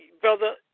Brother